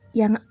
yang